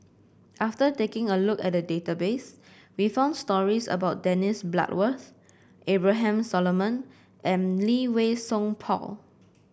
after taking a look at the database we found stories about Dennis Bloodworth Abraham Solomon and Lee Wei Song Paul